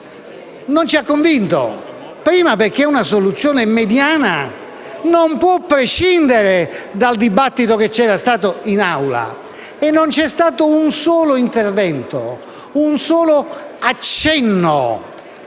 non ci ha convinto; in primo luogo, perché una soluzione mediana non può prescindere dal dibattito che c'era stato in Assemblea. Non vi è stato un solo intervento, un solo accenno